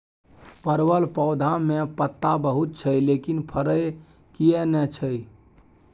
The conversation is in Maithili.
परवल पौधा में पत्ता बहुत छै लेकिन फरय किये नय छै?